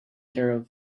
care